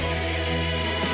and